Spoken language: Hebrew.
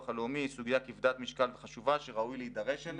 הלאומי היא סוגיה כבדת משקל וחשובה שראוי להידרש אליה.